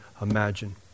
imagine